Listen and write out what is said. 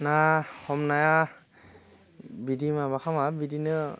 ना हमनाया बिदि माबा खालामा बिदिनो